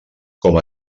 com